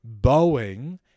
Boeing